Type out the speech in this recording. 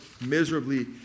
miserably